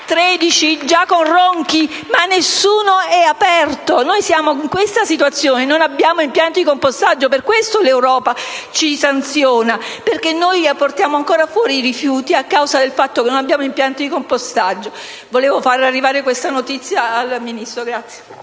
ministro Ronchi, ma nessuno è aperto. Siamo in questa situazione: non abbiamo impianti di compostaggio. Per questo l'Europa ci sanziona, perché portiamo ancora fuori i rifiuti a causa del fatto che non abbiamo impianti di compostaggio. Volevo fare arrivare questa notizia al Ministro.